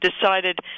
decided